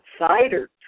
outsiders